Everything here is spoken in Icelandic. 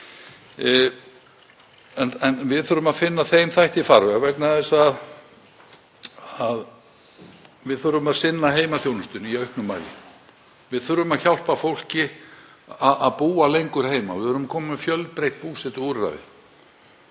En við þurfum að finna þeim þætti farveg vegna þess að við þurfum að sinna heimaþjónustunni í auknum mæli. Við þurfum að hjálpa fólki að búa lengur heima. Við verðum að koma með fjölbreytt búsetuúrræði.